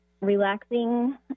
relaxing